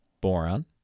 boron